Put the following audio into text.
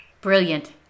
Brilliant